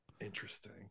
Interesting